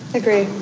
agree